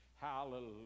hallelujah